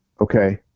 okay